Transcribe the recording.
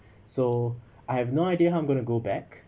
so I have no idea how I'm gonna go back